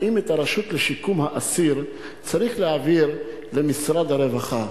אם את הרשות לשיקום האסיר צריך להעביר למשרד הרווחה.